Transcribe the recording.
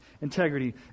integrity